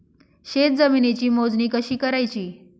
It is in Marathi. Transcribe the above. शेत जमिनीची मोजणी कशी करायची?